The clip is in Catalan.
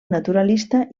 naturalista